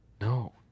No